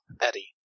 Eddie